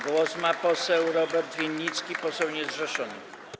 Głos ma poseł Robert Winnicki, poseł niezrzeszony.